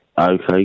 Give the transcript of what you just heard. Okay